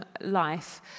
life